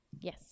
Yes